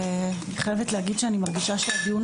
אני חייבת להגיד שאני מרגישה שהדיון